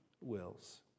wills